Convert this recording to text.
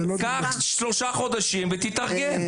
קח שלושה חודשים ותתארגן.